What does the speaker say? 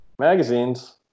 magazines